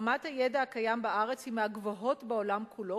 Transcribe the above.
רמת הידע הקיים בארץ היא מהגבוהות בעולם כולו,